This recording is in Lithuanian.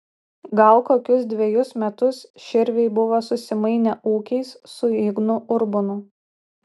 gal kokius dvejus metus širviai buvo susimainę ūkiais su ignu urbonu